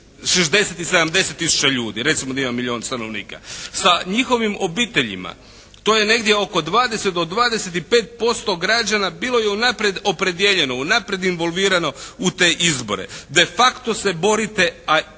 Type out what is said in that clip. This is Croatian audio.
60 i 70 tisuća ljudi, recimo da ima milijon stanovnika. Sa njihovim obiteljima to je negdje oko 20 do 25% građana bilo je unaprijed opredijeljeno, unaprijed involvirano u te izbore. De facto se borite, a odaziv